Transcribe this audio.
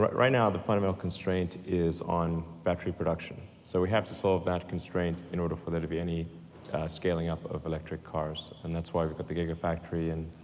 right right now, the fundamental constraint is on battery production, so we have to solve that constraint in order for there to be any scaling up of electric cars, and that's why we've got the gigafactory and